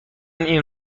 این